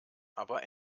aber